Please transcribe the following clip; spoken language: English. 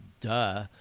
duh